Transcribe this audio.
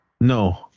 No